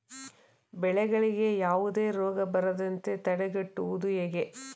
ಬೆಳೆಗಳಿಗೆ ಯಾವುದೇ ರೋಗ ಬರದಂತೆ ತಡೆಗಟ್ಟುವುದು ಹೇಗೆ?